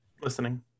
listening